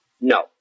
No